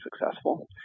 successful